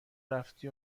رفتی